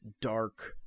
dark